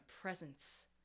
presence